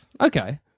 Okay